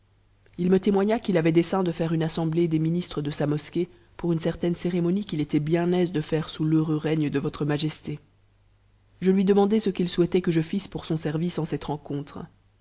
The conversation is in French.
il me témoigna qu'il dessein de taire une assemblée des ministres de samosquée pour un c tain ccrémoni'qu'il était bien ais de iairp sous l'heureux règne df p je fui demandai ce qu'il souhaitait que je fisse pour son service tc rencontre